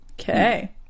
Okay